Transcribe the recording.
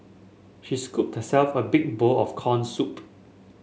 she scooped herself a big bowl of corn soup